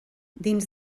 dins